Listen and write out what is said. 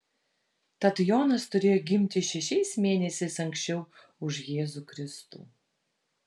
tad jonas turėjo gimti šešiais mėnesiais anksčiau už jėzų kristų